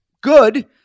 good